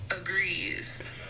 agrees